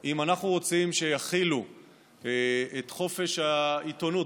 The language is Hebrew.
אם אנחנו רוצים שיחילו את חופש העיתונות,